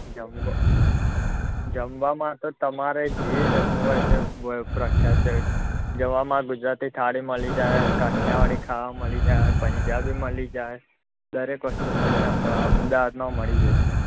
જમવા જમવામાં તો તમારે જે જમવું હોય તે પ્રખ્યાત છે જમવામાં ગુજરાતી થાળી મળી જાય કાઠિયાવાડી ખાવા મળી જાય પંજાબી મળી જાય દરેક વસ્તુ તમને અમદાવાદમાં મળી જશે